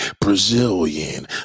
Brazilian